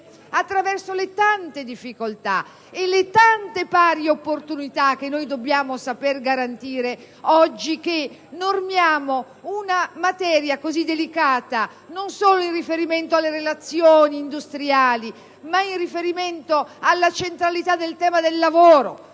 attraverso le tante difficoltà e le tante pari opportunità che dobbiamo saper garantire nel momento in cui legiferiamo su una materia così delicata, non solo in riferimento alle relazioni industriali ma anche alla centralità del tema del lavoro